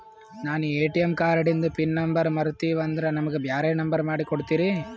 ನಾನು ಎ.ಟಿ.ಎಂ ಕಾರ್ಡಿಂದು PIN number ಮರತೀವಂದ್ರ ನಮಗ ಬ್ಯಾರೆ ನಂಬರ್ ಮಾಡಿ ಕೊಡ್ತೀರಿ?